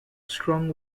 strong